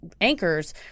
anchors